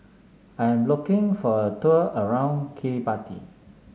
I am locking for a tour around Kiribati